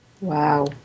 Wow